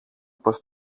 πως